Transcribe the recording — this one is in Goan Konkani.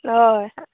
हय